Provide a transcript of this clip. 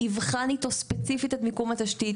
יבחן אתו ספציפית את מיקום התשתיות,